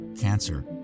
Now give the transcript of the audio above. Cancer